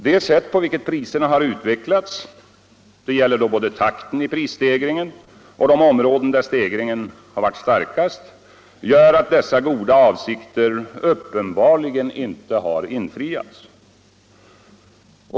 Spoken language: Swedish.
Det sätt på vilket priserna har utvecklats — det gäller då både takten i prisstegringen och de områden där stegringen varit starkast — gör att dessa goda avsikter uppenbarligen inte har infriats.